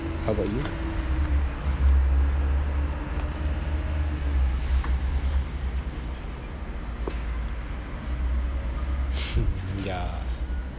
how about you ya